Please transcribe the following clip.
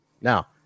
Now